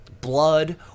blood